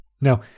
Now